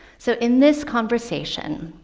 so in this conversation,